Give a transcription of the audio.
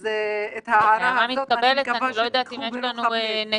את ההערה הזאת אני מקווה שתיקחו בחשבון.